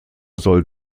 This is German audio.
soll